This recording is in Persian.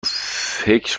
فکر